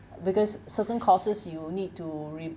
because certain courses you need to read